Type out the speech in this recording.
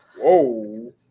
Whoa